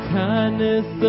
kindness